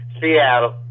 Seattle